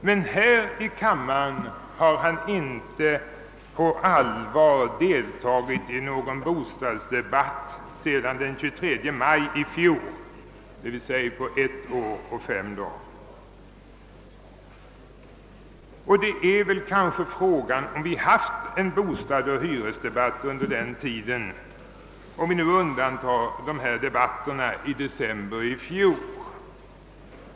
Men här i kammaren har han inte på allvar deltagit i någon bostadsdebatt sedan den 23 maj i fjol, d. v. s. sedan ett år och fem dagar. Kanske är det fråga om huruvida vi över huvud taget haft en bostadsoch hyresdebatt under denna tid, om jag nu undantar debatterna i december i fjol.